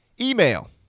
email